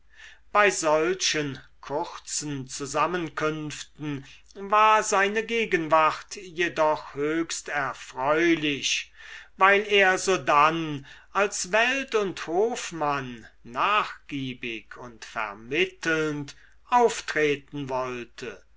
bei solchen kurzen zusammenkünften war seine gegenwart jedoch höchst erfreulich weil er sodann als welt und hofmann nachgiebig und vermittelnd auftreten wollte